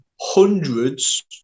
hundreds